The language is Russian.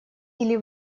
или